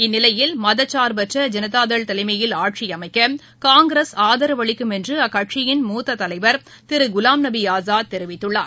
இந்நிலையில் மதசார்பற்ற ஜனதாதள் தலைமையில் ஆட்சி அமைக்க காங்கிரஸ் ஆதரவு அளிக்கும் என்று அக்கட்சியின் மூத்த தலைவர் திரு குலாம் நபி ஆசாத் தெரிவித்துள்ளார்